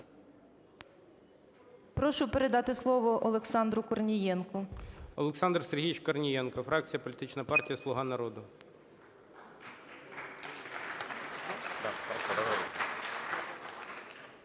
Прошу передати слово Олександру Корнієнку. ГОЛОВУЮЧИЙ. Олександр Сергійович Корнієнко, фракція політичної партії "Слуга народу".